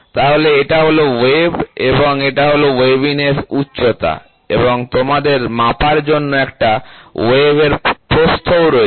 তাহলে এটা হল ওয়েভ এবং এটা হল ওয়েভিনেস উচ্চতা এবং তোমাদের মাপার জন্য একটা ওয়েভ এর প্রস্থ ও রয়েছে